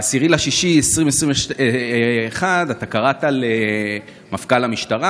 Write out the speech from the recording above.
ב-10 ביוני 2021 קראת למפכ"ל המשטרה,